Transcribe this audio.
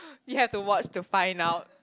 you have to watch to find out